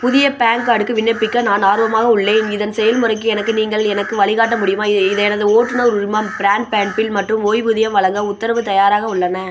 புதிய பேன் கார்டுக்கு விண்ணப்பிக்க நான் ஆர்வமாக உள்ளேன் இதன் செயல்முறைக்கு எனக்கு நீங்கள் எனக்கு வழிக்காட்ட முடியுமா இது எனது ஓட்டுநர் உரிமம் பிராட்பேண்ட் பில் மற்றும் ஓய்வூதியம் வழங்க உத்தரவு தயாராக உள்ளன